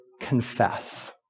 confess